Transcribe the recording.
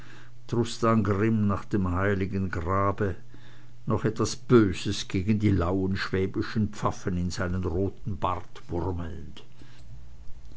grimm nach dem heiligen grabe noch etwas böses gegen die lauen schwäbischen pfaffen in seinen roten bart